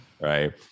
Right